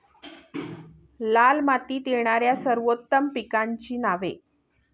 लाल मातीत येणाऱ्या सर्वोत्तम पिकांची नावे?